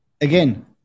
again